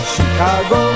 Chicago